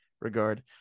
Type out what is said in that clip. regard